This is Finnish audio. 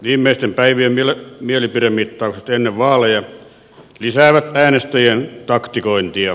viimeisten päivien mielipidemittaukset ennen vaaleja lisäävät äänestäjien taktikointia